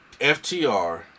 FTR